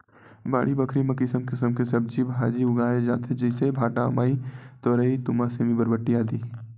बाड़ी बखरी म किसम किसम के सब्जी भांजी उगाय जाथे जइसे भांटा, अमारी, तोरई, तुमा, सेमी, बरबट्टी, आदि